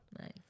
Nice